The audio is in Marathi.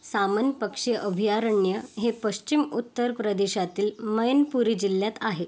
सामन पक्षी अभयारण्य हे पश्चिम उत्तर प्रदेशातील मैनपुरी जिल्ह्यात आहे